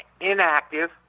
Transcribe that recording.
inactive